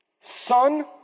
Son